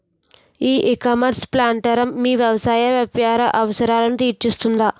ఈ ecommerce platform మీ వ్యవసాయ వ్యాపార అవసరాలను తీరుస్తుందా?